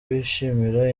bishimira